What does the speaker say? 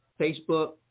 Facebook